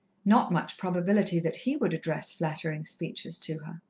not much probability that he would address flattering speeches to her!